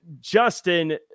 Justin